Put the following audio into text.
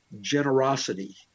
generosity